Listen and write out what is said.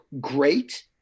great